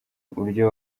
uburyo